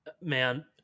man